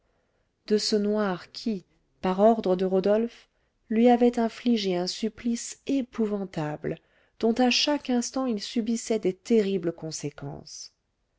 de ce noir qui par ordre de rodolphe lui avait infligé un supplice épouvantable dont à chaque instant il subissait des terribles conséquences